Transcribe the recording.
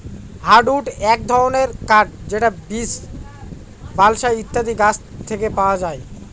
hardwood এক ধরনের কাঠ যেটা বীচ, বালসা ইত্যাদি গাছ থেকে পাওয়া যায়